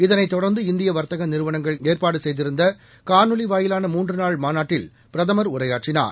இதனைத் தொடர்ந்து இந்தியவர்த்தகநிறுவனங்கள் ஏற்பாடுசெய்திருந்தகாணொலிவாயிலான மூன்றநாள் மாநாட்டில் பிரதமர் உரையாற்றினார்